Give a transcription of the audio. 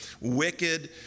wicked